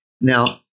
Now